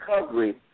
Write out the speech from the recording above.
recovery